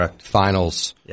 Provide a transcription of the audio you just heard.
finals